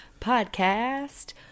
podcast